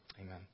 Amen